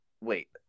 wait